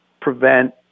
prevent